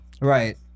Right